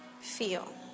Feel